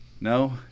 No